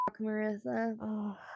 Marissa